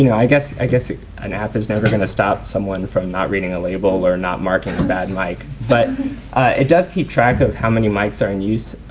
you know i guess i guess an app is never gonna stop someone from not reading a label or not marking a bad mic, like but it does keep track of how many mics are in use.